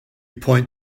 point